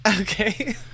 Okay